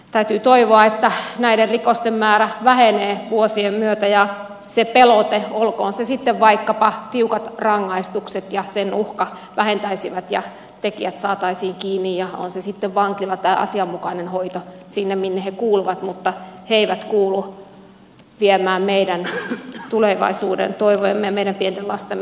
täytyy toivoa että näiden rikosten määrä vähenee vuosien myötä ja se pelote olkoon se sitten vaikkapa tiukat rangaistukset ja sen uhka vähentäisi ja tekijät saataisiin kiinni ja on se sitten vankila tai asianmukainen hoito siellä minne he kuuluvat mutta he eivät kuulu viemään meidän tulevaisuuden toivojemme meidän pienten lastemme viattomuutta